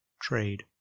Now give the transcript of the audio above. trade